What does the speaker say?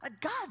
God